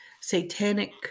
satanic